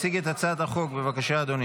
הסביבה לצורך הכנתה לקריאה הראשונה.